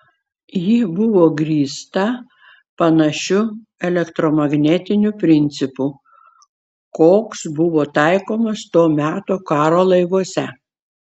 ji buvo grįsta panašiu elektromagnetiniu principu koks buvo taikomas to meto karo laivuose